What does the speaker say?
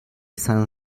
san